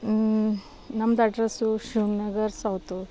ನಮ್ದು address Shiv Nagar south